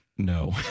no